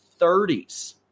30s